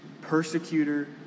persecutor